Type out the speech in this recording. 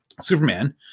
Superman